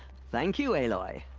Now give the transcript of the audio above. thank you aloy!